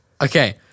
Okay